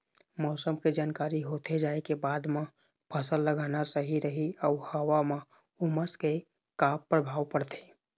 मौसम के जानकारी होथे जाए के बाद मा फसल लगाना सही रही अऊ हवा मा उमस के का परभाव पड़थे?